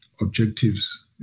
objectives